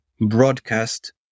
broadcast